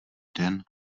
den